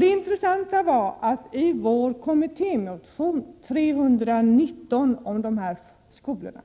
Det intressanta är att i vår kommittémotion 319 om dessa skolor